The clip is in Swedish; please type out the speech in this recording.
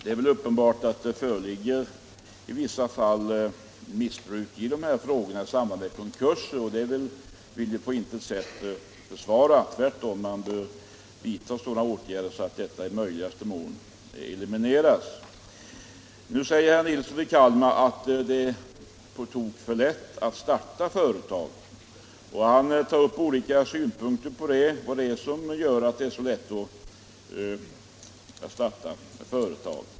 Herr talman! Det är väl uppenbart att det föreligger missbruk i vissa fall i samband med konkurser. Det vill jag på intet sätt försvara. Tvärtom bör man vidta sådana åtgärder att detta missbruk i möjligaste mån elimineras. Nu säger herr Nilsson i Kalmar att det är på tok för lätt att starta företag. Han lägger fram olika synpunkter på vad det är som gör att det är så lätt att starta företag.